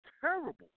terrible